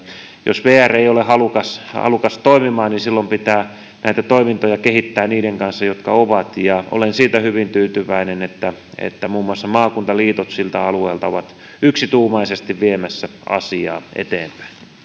jos vr ei ole halukas halukas toimimaan niin silloin pitää näitä toimintoja kehittää niiden kanssa jotka ovat ja olen siitä hyvin tyytyväinen että että muun muassa maakuntaliitot siltä alueelta ovat yksituumaisesti viemässä asiaa eteenpäin